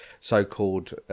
so-called